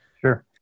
Sure